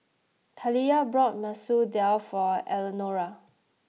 Taliyah bought Masoor Dal for Eleanora